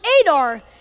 Adar